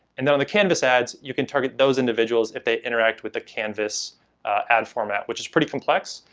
and then on the canvas ads, you can target those individuals if they interact with the canvas ad format which is pretty complex.